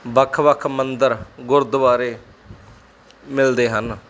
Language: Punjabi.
ਵੱਖ ਵੱਖ ਮੰਦਰ ਗੁਰਦੁਆਰੇ ਮਿਲਦੇ ਹਨ